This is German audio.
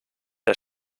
der